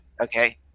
okay